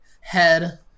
head